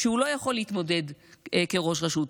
שהוא לא יכול להתמודד כראש רשות,